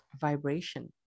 vibration